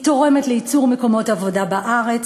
היא תורמת לייצור מקומות עבודה בארץ,